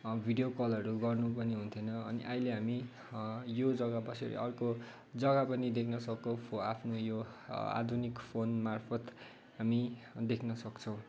video कलहरू गर्नु पनि हुन्थेन अनि अहिले हामी यो जग्गा बसेर अर्को जग्गा पनि देख्नसक्यौँ आफ्नो यो आधुनिक फोन मार्फत् हामी देख्नसक्छौँ